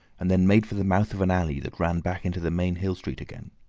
and then made for the mouth of an alley that ran back into the main hill street again.